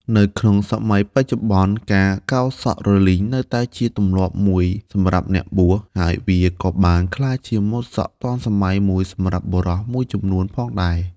នៅក្នុងសម័យបច្ចុប្បន្ន ការកោរសក់រលីងនៅតែជាទម្លាប់មួយសម្រាប់អ្នកបួស ហើយវាក៏បានក្លាយជាម៉ូតសក់ទាន់សម័យមួយសម្រាប់បុរសមួយចំនួនផងដែរ។